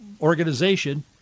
organization